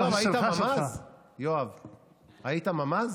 יואב, היית ממ"ז?